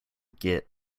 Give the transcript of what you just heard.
git